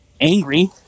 angry